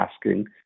asking